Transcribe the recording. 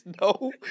no